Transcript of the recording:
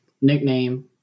nickname